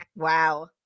Wow